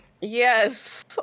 Yes